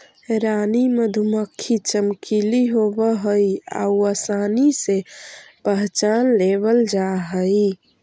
रानी मधुमक्खी चमकीली होब हई आउ आसानी से पहचान लेबल जा हई